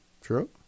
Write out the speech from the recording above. True